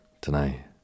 tonight